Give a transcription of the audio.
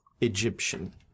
Egyptian